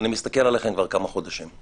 אני מסתכל עליכם כבר כמה חודשים.